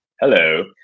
Hello